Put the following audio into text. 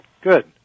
Good